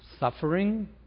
Suffering